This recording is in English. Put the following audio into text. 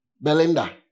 Belinda